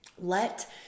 let